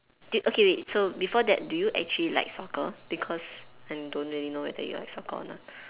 do you okay wait so before that do you actually like soccer because I don't really know whether you like soccer or not